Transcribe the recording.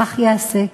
כך ייעשה.